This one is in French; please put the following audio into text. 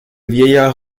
vieillard